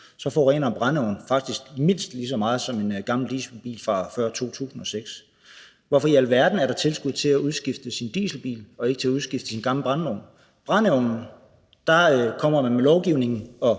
så forurener en brændeovn faktisk mindst lige så meget som en gammel dieselbil fra før 2006. Hvorfor i alverden er der et tilskud til at udskifte sin dieselbil og ikke til at udskifte sin gamle brændeovn? Med hensyn til brændeovne kommer man med lovgivningen